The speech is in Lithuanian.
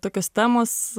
tokios temos